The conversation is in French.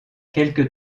quelques